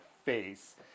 face